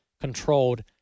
controlled